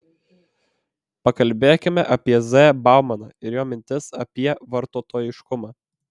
pakalbėkime apie z baumaną ir jo mintis apie vartotojiškumą